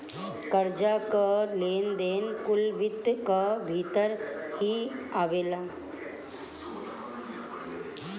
कर्जा कअ लेन देन कुल वित्त कअ भितर ही आवेला